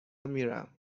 میرم